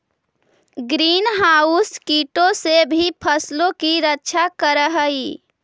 green house कीटों से भी फसलों की रक्षा करअ हई